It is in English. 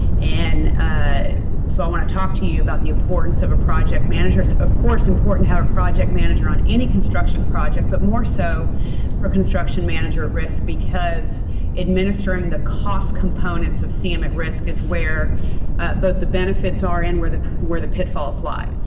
and ah so, i want to talk to you about the importance of a project manager. it's, of course, important to have a project manager on any construction project but more so for a construction manager at risk because administering the cost components of cm at risk is where both the benefits are and where the where the pitfalls lie.